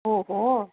ओ हो